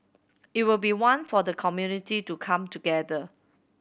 it will be one for the community to come together